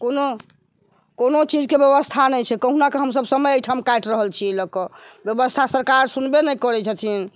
कोनो कोनो चीजके व्यवस्था नहि छै कहुना कऽ हमसब समय अइठाम काटि रहल छियै लअ कऽ व्यवस्था सरकार सुनबे नहि करै छथिन